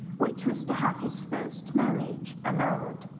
which was to have his first marriage annulled.